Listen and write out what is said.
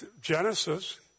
Genesis